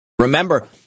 Remember